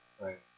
Right